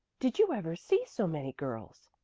did you ever see so many girls?